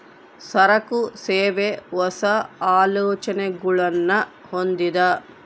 ಸರಕು, ಸೇವೆ, ಹೊಸ, ಆಲೋಚನೆಗುಳ್ನ ಹೊಂದಿದ